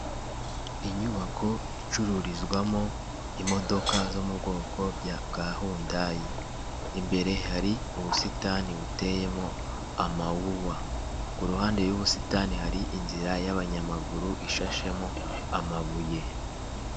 Inyubako icururizwamo imodoka zo mu bwoko bwa hundayi, imbere hari ubusitani buteyemo amawuwa ku ruhande y'ubusitani hari inzira y'abanyamaguru ishashemo amabuye.